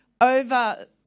over